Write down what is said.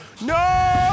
No